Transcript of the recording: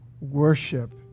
worship